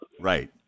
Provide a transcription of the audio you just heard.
Right